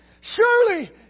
Surely